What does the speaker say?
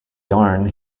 yarn